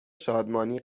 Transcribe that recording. شادمانی